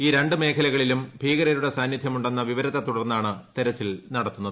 ഈ ര ് മേഖലകളിലും ഭീകരരുടെ സാന്നിധ്യമുടെ ന്ന വിവരത്തെ തുടർന്നാണ് തെരച്ചിൽ നടത്തുന്നത്